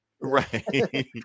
right